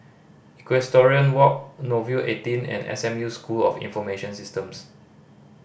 Equestrian Walk Nouvel Eighteen and S M U School of Information Systems